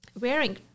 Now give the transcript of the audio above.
wearing